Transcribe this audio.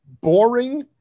boring